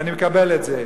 ואני מקבל את זה,